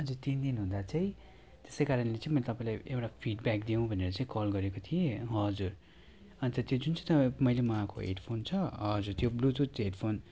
आजु तन दिन हुँदा चाहिँ त्यसै कारणले चाहिँ मैले तपाईँलाई एउटा फिडब्याक दिउँ भनेर चाहिँ कल गरेको थिएँ हजुर अन्त त्यो जुन चाहिँ मैले मगाएको हेडफोन छ हजुर त्यो ब्लुतुथ हेडफोन